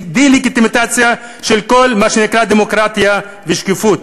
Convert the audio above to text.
דה-לגיטימציה של כל מה שנקרא דמוקרטיה ושקיפות.